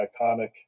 iconic